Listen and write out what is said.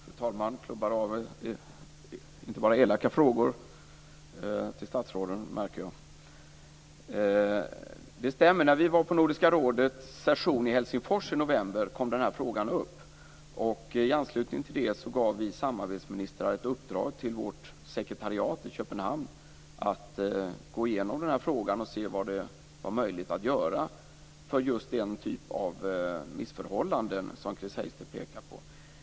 Fru talman! Jag märker att fru talman inte bara klubbar av elaka frågor till statsråden. Det stämmer att när vi var på Nordiska rådets session i Helsingfors i november kom den här frågan upp. I anslutning till det gav vi samarbetsministrar ett uppdrag till vårt sekretariat i Köpenhamn att gå igenom den här frågan och se vad som var möjligt att göra för just den typ av missförhållanden som Chris Heister pekar på.